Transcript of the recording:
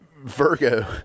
Virgo